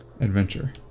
adventure